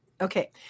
Okay